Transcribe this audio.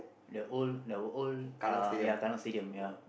the old the old uh ya Kallang-Stadium ya